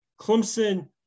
Clemson